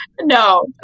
No